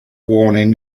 warning